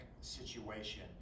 situation